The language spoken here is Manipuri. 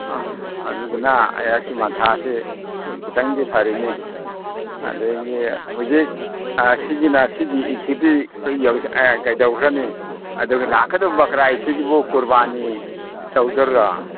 ꯑꯥ ꯑꯗꯨꯗꯨꯅ ꯑꯩꯁꯤ ꯃꯊꯥꯁꯤ ꯈꯤꯇꯪꯗꯤ ꯐꯔꯤꯃꯤ ꯑꯗꯒꯤ ꯍꯧꯖꯤꯛ ꯁꯤꯒꯤꯅ ꯁꯤꯒꯤ ꯑꯥ ꯀꯩꯗꯧꯈ꯭ꯔꯅꯤ ꯑꯗꯨꯒ ꯂꯥꯛꯀꯗꯧꯕ ꯁꯤꯒꯤꯕꯨ ꯀꯨꯔꯕꯥꯅꯤ ꯇꯧꯗꯣꯏꯔꯣ